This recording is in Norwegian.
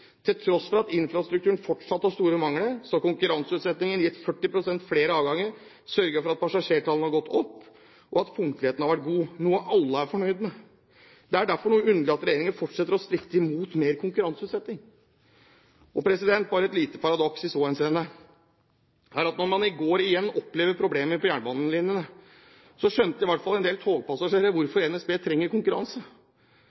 Til tross for at infrastrukturen fortsatt har store mangler, har konkurranseutsettingen gitt 40 pst. flere avganger, sørget for at passasjertallene har gått opp og at punktligheten har vært god, noe alle er fornøyd med. Det er derfor noe underlig at regjeringen fortsetter å stritte imot mer konkurranseutsetting. Et lite paradoks i så henseende er at da man i går igjen opplevde problemer på jernbanelinjene, så skjønte i hvert fall en del togpassasjerer